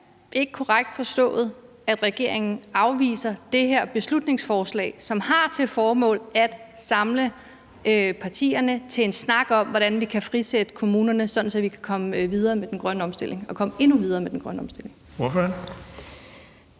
ikke korrekt forstået, at regeringen afviser det her beslutningsforslag, som har til formål at samle partierne til en snak om, hvordan vi kan frisætte kommunerne, sådan at vi kan komme endnu videre med den grønne omstilling? Kl. 15:04 Den